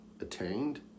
attained